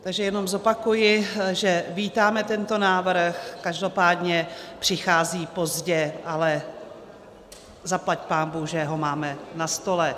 Takže jenom zopakuji, že vítáme tento návrh, každopádně přichází pozdě, ale zaplať pánbůh, že ho máme na stole.